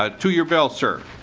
ah to your bill sir.